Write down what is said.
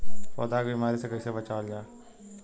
पौधा के बीमारी से कइसे बचावल जा?